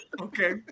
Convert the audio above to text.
okay